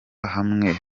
hamwe